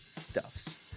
stuffs